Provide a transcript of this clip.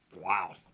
Wow